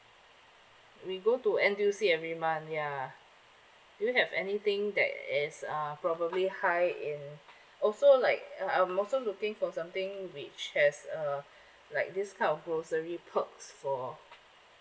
we go to N_T_U_C every month ya do you have anything that is uh probably high in also like um I'm also looking for something which has uh like this kind of grocery perks for